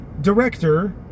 Director